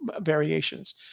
variations